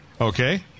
okay